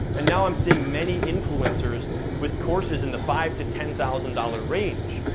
and now i'm seeing many influencers with courses in the five to ten thousand dollars range.